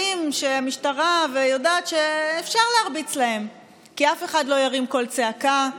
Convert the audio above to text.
שהמשטרה יודעת שאפשר להרביץ להם כי אף אחד לא ירים קול צעקה,